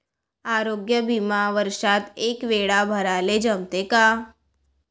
आरोग्य बिमा वर्षात एकवेळा भराले जमते का?